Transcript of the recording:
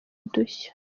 udushya